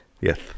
Yes